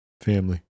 Family